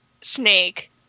snake